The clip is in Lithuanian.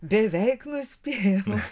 beveik nuspėjama